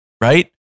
right